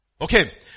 Okay